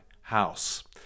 house